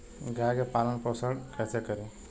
गाय के पालन पोषण पोषण कैसे करी?